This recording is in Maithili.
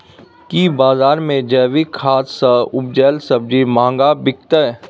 की बजार मे जैविक खाद सॅ उपजेल सब्जी महंगा बिकतै?